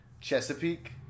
Chesapeake